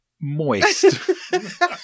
moist